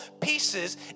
pieces